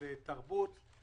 שאנחנו רואים שכן נגבתה,